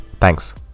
Thanks